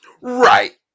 Right